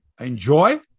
Enjoy